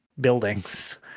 buildings